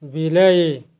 ବିଲେଇ